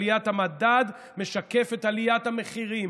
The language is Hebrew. עליית המדד משקפת את עליית המחירים,